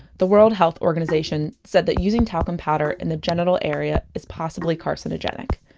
the world health organization said that using talcum powder in the gential area is possibly carcinogenic.